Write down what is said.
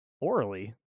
orally